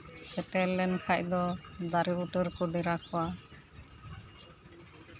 ᱥᱮᱴᱮᱨ ᱞᱮᱱᱠᱷᱟᱡ ᱫᱚ ᱫᱟᱨᱮ ᱵᱩᱴᱟᱹ ᱨᱮᱠᱚ ᱰᱮᱨᱟ ᱠᱚᱣᱟ